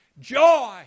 joy